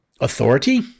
authority